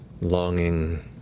longing